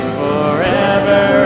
forever